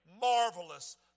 marvelous